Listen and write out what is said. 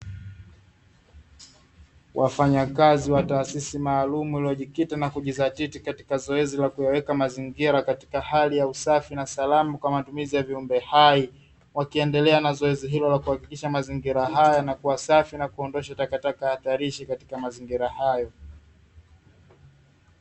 Wafanyakazi wa taasisi maalumu inayojikita na kujizatiti katika zoezi la kuyaweka mazingira katika hali ya usafi na salama kwamatumizi ya viumbe hai, wakiendelea na zoezi hilo na kuhakikisha mazingia hayo yanakuwa usafi na kuondosha takataka hatarishi katika mazingira hayo.